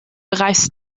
reißt